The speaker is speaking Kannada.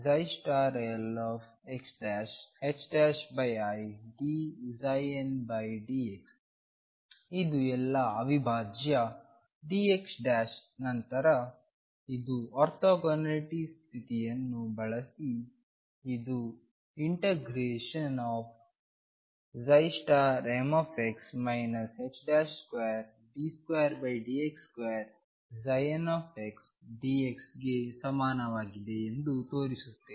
ಇದು ಎಲ್ಲಾ ಅವಿಭಾಜ್ಯ dx ನಂತರ ಇದು ಆರ್ಥೋಗೊನಾಲಿಟಿ ಸ್ಥಿತಿಯನ್ನು ಬಳಸಿ ಇದು ∫mx 2d2dx2ndx ಗೆ ಸಮಾನವಾಗಿದೆ ಎಂದು ತೋರಿಸುತ್ತೇನೆ